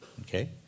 Okay